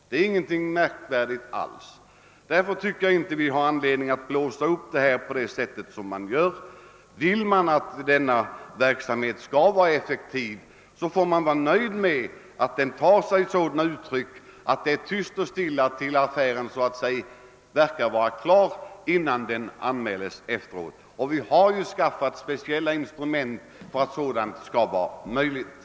Det är ingenting märkvärdigt alls. Därför tycker jag inte att vi har anledning att blåsa upp den här saken på det sätt som sker. Vill man att denna verksamhet skall vara effektiv, får man vara nöjd med att den tar sig sådana uttryck, att det är tyst och stilla till dess affären verkar vara klar. Först därefter bör den anmälas. Det har ju tillskapats speciella instrument för att möjliggöra ett sådant arbetssätt.